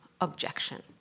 objection